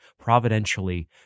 providentially